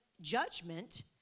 judgment